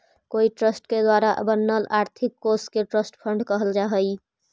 कोई ट्रस्ट के द्वारा बनल आर्थिक कोश के ट्रस्ट फंड कहल जा हई